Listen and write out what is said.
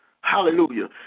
Hallelujah